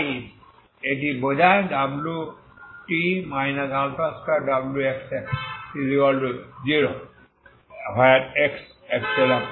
তাই এটি বোঝায় wt 2wxx0 এবং x∈B